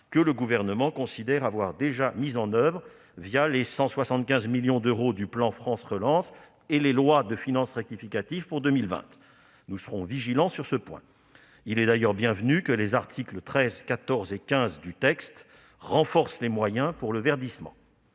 que le Gouvernement considère avoir déjà mis en oeuvre les 175 millions d'euros du plan France Relance et les lois de finances rectificatives pour 2020. Nous serons vigilants sur ce point ! Il est, à cet égard, bienvenu que les articles 13, 14 et 15 de cette proposition de loi renforcent les moyens du verdissement.